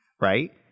right